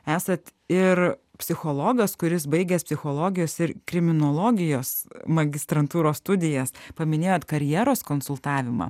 esat ir psichologas kuris baigęs psichologijos ir kriminologijos magistrantūros studijas paminėjot karjeros konsultavimą